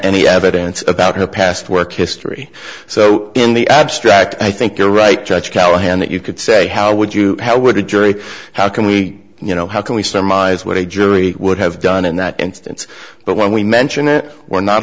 any evidence about her past work history so in the abstract i think you're right judge callahan that you could say how would you how would a jury how can we you know how can we surmise what a jury would have done in that instance but when we mention it we're not